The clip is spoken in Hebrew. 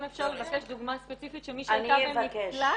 אם אפשר לבקש דוגמה ספציפית של מישהי הייתה במקלט,